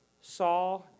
saw